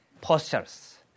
postures